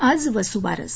आज वसुबारस